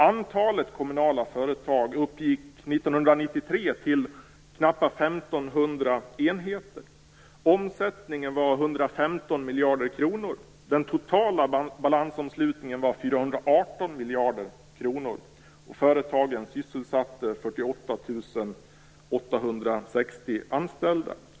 Antalet kommunala företag uppgick 418 miljarder kronorretagen sysselsatte 48 860 anställda.